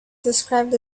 described